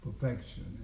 perfection